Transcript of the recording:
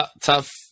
tough